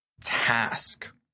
task